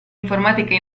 informatiche